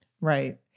Right